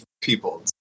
people